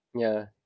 yeah